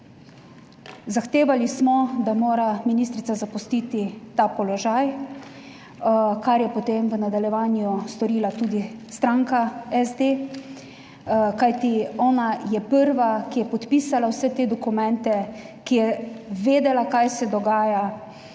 Zahtevali smo, da mora ministrica zapustiti ta položaj, kar je potem v nadaljevanju storila tudi stranka SD. Kajti, ona je prva, ki je podpisala vse te dokumente, ki je vedela kaj se dogaja